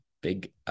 big